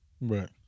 right